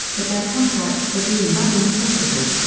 but their contracts were deemed unenforceable.